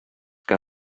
que